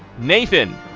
Nathan